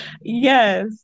Yes